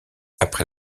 après